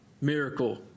miracle